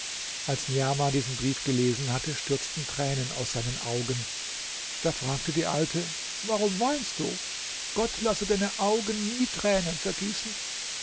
als niamah diesen brief gelesen hatte stürzten tränen aus seinen augen da fragte die alte warum weinst du gott lasse deine augen nie tränen vergießen